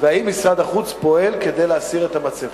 האם משרד החוץ פועל כדי להסיר את המצבות?